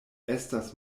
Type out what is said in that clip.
estas